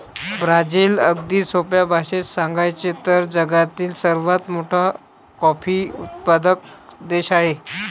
Brazil, अगदी सोप्या भाषेत सांगायचे तर, जगातील सर्वात मोठा कॉफी उत्पादक देश आहे